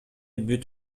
бүт